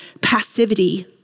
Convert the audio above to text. passivity